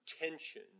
tension